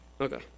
Okay